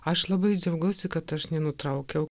aš labai džiaugiuosi kad aš nenutraukiau